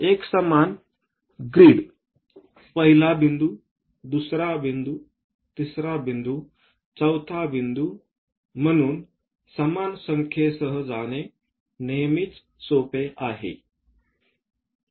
एकसमान ग्रीड पहिला बिंदू दुसरा बिंदू तिसरा बिंदू चौथा बिंदू म्हणून समान संख्येसह जाणे नेहमीच सोपे आहे